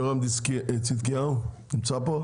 ירון צדקיהו נמצא פה?